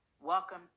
welcome